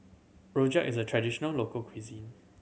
rojak is a traditional local cuisine